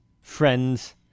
friends